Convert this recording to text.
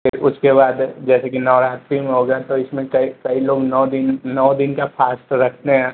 फिर उसके बाद जैसे कि नवरात्रि में हो गया तो इसमें कई कई लोग नौ दिन नौ दिन का फास्ट रखते हैं